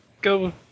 go